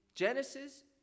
Genesis